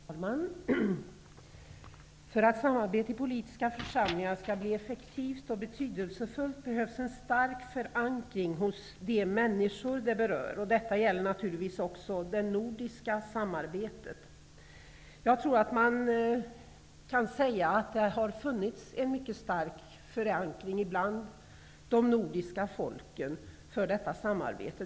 Herr talman! För att samarbete i politiska församlingar skall bli effektivt och betydelsefullt behövs en stark förankring hos de människor det berör. Detta gäller naturligtvis också det nordiska samarbetet. Jag tror att man kan säga att det har funnits en mycket stark förankring hos de nordiska folken för detta samarbete.